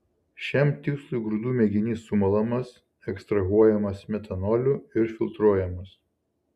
šiam tikslui grūdų mėginys sumalamas ekstrahuojamas metanoliu ir filtruojamas